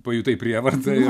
pajutai prievartą